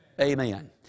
Amen